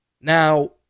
Now